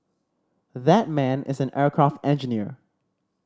that man is an aircraft engineer